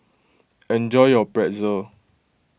enjoy your Pretzel